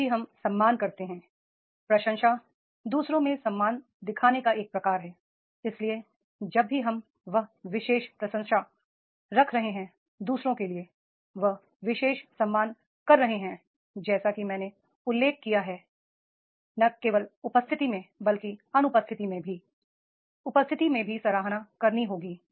जब भी हम सम्मान करते हैं प्रशंसा दू सरों में सम्मान दिखाने का एक प्रकार है इसलिए जब भी हम वह विशेष प्रशंसा रख रहे हैं दू सरों के लिये वह विशेष सम्मान कर रहे हैं जैसा कि मैंने उल्लेख किया है न केवल उपस्थिति में बल्कि अनुपस्थिति में भी उपस्थिति में भी सराहना करनी होगी